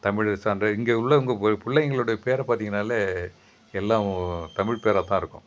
தமிழர் சான்று இங்கே உள்ளவங்க பிள்ளைகளோட பேர பார்த்திங்கனாலே எல்லாம் தமிழ் பேராக தான் இருக்கும்